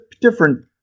different